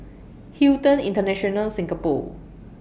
Hilton International Singapore